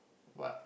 what